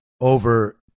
over